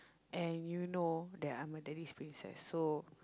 and you know that I'm a daddy's princess so